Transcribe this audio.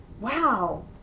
wow